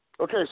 Okay